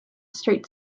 street